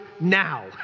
Now